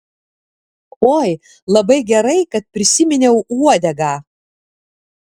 oi labai gerai kad prisiminiau uodegą